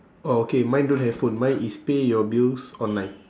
oh okay mine don't have phone mine is pay your bills online